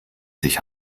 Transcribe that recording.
sich